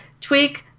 tweak